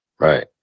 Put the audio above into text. right